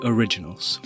Originals